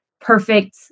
perfect